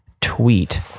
tweet